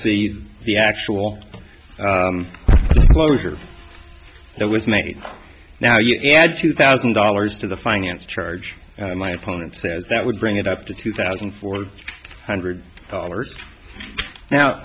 see the actual closure that was made now yeah two thousand dollars to the finance charge my opponent says that would bring it up to two thousand four hundred dollars now